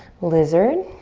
lizard,